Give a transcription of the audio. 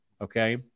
Okay